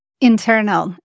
Internal